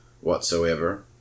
whatsoever